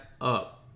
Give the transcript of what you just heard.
up